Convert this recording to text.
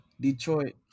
Detroit